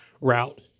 route